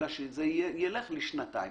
שזה יהיה שנתיים.